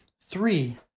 Three